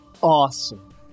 Awesome